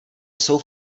jsou